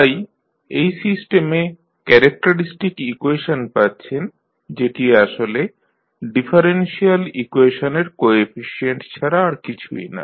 তাই এই সিস্টেমে ক্যারেক্টারিস্টিক ইকুয়েশন পাচ্ছেন যেটি আসলে ডিফারেনশিয়াল ইকুয়েশনের কোএফিশিয়েন্ট ছাড়া আর কিছুই না